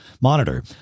monitor